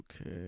okay